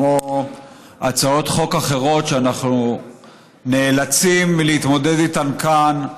כמו הצעות חוק אחרות שאנחנו נאלצים להתמודד איתן כאן,